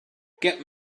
get